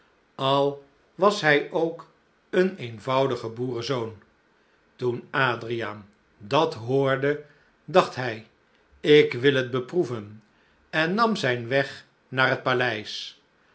al was hij ook een eenvoudige boerenzoon toen adriaan dat hoorde dacht hij ik wil t beproeven en nam zijn weg naar het paleis